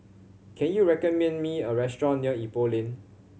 can you recommend me a restaurant near Ipoh Lane